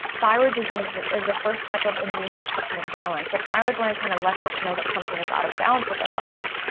thyroid disease is the first type of immune system imbalance. the thyroid gland kinda lets us know that something is out of balance with our bodies,